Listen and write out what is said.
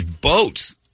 boats